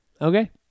Okay